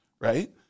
Right